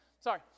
Sorry